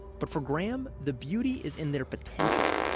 but for graham, the beauty is in their potential.